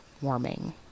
Warming